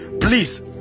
please